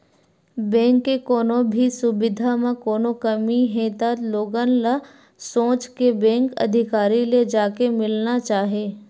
bank के कोनो भी सुबिधा म कोनो कमी हे त लोगन ल सोझ बेंक के अधिकारी ले जाके मिलना चाही